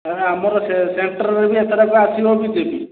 ତାହାଲେ ଆମର ସେଣ୍ଟର୍ ବି ଏଥରକ ଆସିବ ବି ଜେ ପି